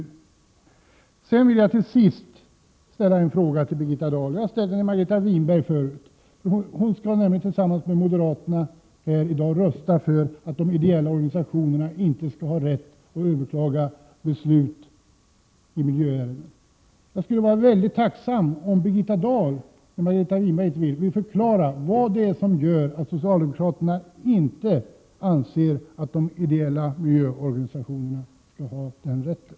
Till sist vill jag ställa en fråga till Birgitta Dahl — jag ställde den tidigare till Margareta Winberg. Hon skall nämligen tillsammans med moderaterna här i dag rösta för att de ideella organisationerna inte skall ha rätt att överklaga beslut i miljöärenden. Jag skulle vara mycket tacksam om Birgitta Dahl ville förklara, eftersom Margareta Winberg inte ville göra det, vad det är som gör att socialdemokraterna inte anser att de ideella miljöorganisationerna skall ha den rätten.